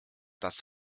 das